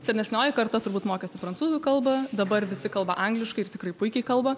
senesnioji karta turbūt mokėsi prancūzų kalbą dabar visi kalba angliškai ir tikrai puikiai kalba